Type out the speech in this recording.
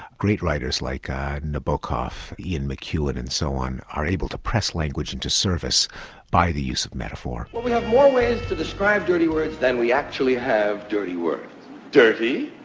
great writers like nabokov, ian mcewan and so on are able to press language into service by the use of metaphor. we have more ways to describe dirty words than we actually have dirty words dirty,